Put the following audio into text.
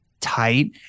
tight